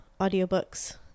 audiobooks